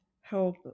help